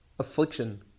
affliction